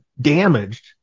damaged